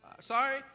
Sorry